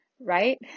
right